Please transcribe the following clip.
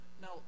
Now